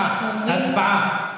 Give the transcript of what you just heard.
איך עוד פעם, זו הצבעה.